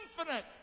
Infinite